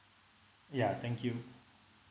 ya thank you